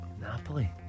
Napoli